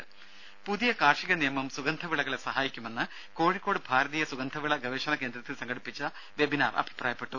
രുഭ പുതിയ കാർഷിക നിയമം സുഗന്ധവിളകളെ സഹായിക്കുമെന്ന് കോഴിക്കോട് ഭാരതീയ സുഗന്ധവിള ഗവേഷണ കേന്ദ്രത്തിൽ സംഘടിപ്പിച്ച വെബിനാർ അഭിപ്രായപ്പെട്ടു